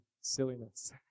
silliness